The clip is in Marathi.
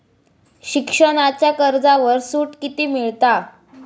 शिक्षणाच्या कर्जावर सूट किती मिळात?